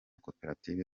koperative